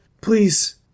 Please